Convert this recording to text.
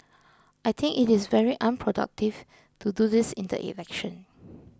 I think it is very unproductive to do this in the election